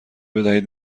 بدهید